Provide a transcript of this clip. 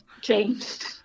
changed